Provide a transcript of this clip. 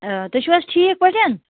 آ تُہۍ چھُو حظ ٹھیٖک پٲٹھۍ